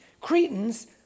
Cretans